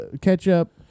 ketchup